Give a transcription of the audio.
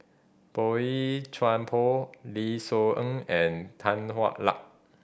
Boey Chuan Poh Lim Soo Ng and Tan Hwa Luck